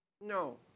No